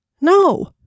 No